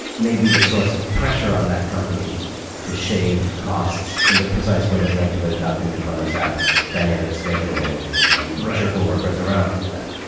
maybe the source of pressure on that company to shave costs in the precise way that led to it adopting the kronos app dynamic scheduling and jerking workers around like that.